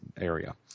area